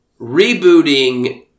rebooting